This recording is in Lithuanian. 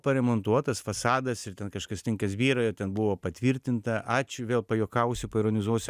paremontuotas fasadas ir ten kažkas tinkas byra ir ten buvo patvirtinta ačiū vėl pajuokausiu paironizuosiu